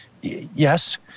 Yes